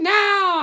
now